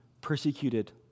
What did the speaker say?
persecuted